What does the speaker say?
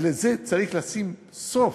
לזה צריך לשים סוף,